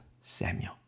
Samuel